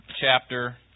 chapter